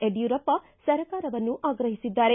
ಯಡ್ಕೂರಪ್ಪ ಸರ್ಕಾರವನ್ನು ಆಗ್ರಹಿಸಿದ್ದಾರೆ